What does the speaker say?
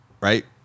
right